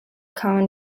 common